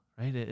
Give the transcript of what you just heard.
right